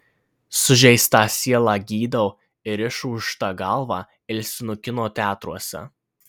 sužeistą sielą gydau ir išūžtą galvą ilsinu kino teatruose